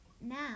Now